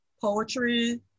poetry